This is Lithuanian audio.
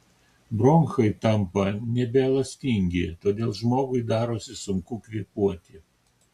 bronchai tampa nebeelastingi todėl žmogui darosi sunku kvėpuoti